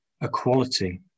equality